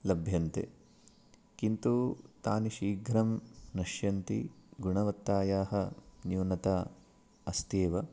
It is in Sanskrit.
लभ्यन्ते किन्तु तानि शीघ्रं नश्यन्ति गुणवत्तायाः न्यूनता अस्ति एव